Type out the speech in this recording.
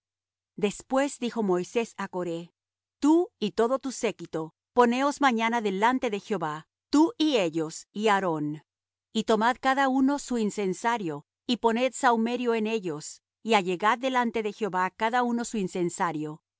después dijo moisés á coré tú y todo tu séquito poneos mañana delante de jehová tú y ellos y aarón y tomad cada uno su incensario y poned sahumerio en ellos y allegad delante de jehová cada uno su incensario